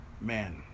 man